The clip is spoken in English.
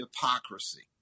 hypocrisy